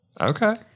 Okay